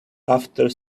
after